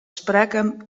sprekken